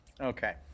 Okay